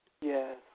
Yes